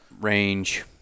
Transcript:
Range